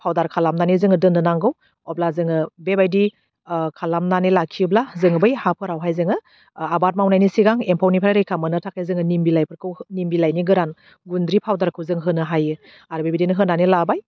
powder खालामनानै जोङो दोननो नांगौ अब्ला जोङो बेबायदि ओह खालामनानै लाखियोब्ला जोङो बै हाफोरावहाय जोङो ओह आबाद मावनायनि सिगां एम्फौनिफ्राय रैखा मोननो थाखाय जोङो निम बिलाइफोरखौ निम बिलाइनि गोरान गुन्द्रि फावदारखौ जों होनो हायो आरो बेबायदिनो होनानै लाबाय